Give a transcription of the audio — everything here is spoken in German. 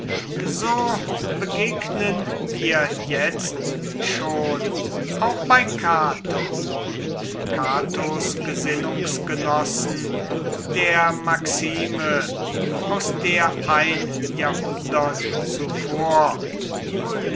so begegnen wir jetzt schon auch bei cato und catos gesinnungsgenossen der maxime aus der ein jahrhundert zuvor